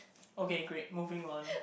okay great moving on